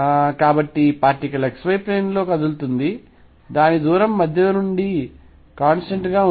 కాబట్టి particle x y plane లో కదులుతోంది దాని దూరం మధ్యలో నుండి కాన్స్టెంట్ గా ఉంటుంది